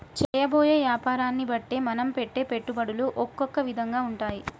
చేయబోయే యాపారాన్ని బట్టే మనం పెట్టే పెట్టుబడులు ఒకొక్క విధంగా ఉంటాయి